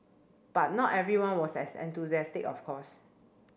but not everyone was as enthusiastic of course